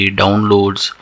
downloads